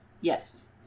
Yes